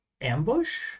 ambush